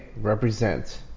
represent